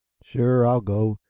sure, i'll go.